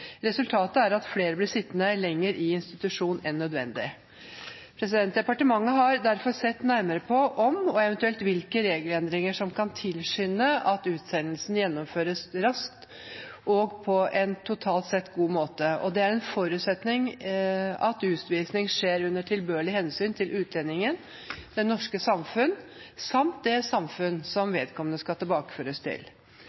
Resultatet er at flere blir sittende lenger i en institusjon enn nødvendig. Departementet har derfor sett nærmere på om og eventuelt hvilke regelendringer som kan tilskynde at utsendelsen gjennomføres raskt og på en totalt sett god måte. Det er en forutsetning at utvisning skjer under tilbørlig hensyn til utlendingen, det norske samfunn samt det samfunn som vedkommende skal tilbakeføres til.